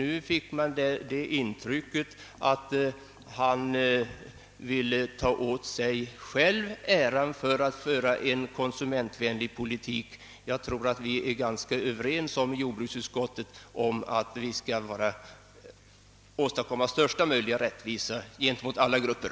Nu fick jag intrycket att han ville ta åt sig hela äran för en konsumentvänlig politik. Inom jordbruksutskottet har vi nog varit ganska ense om att försöka åstadkomma största möjliga rättvisa för alla grupper.